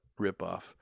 ripoff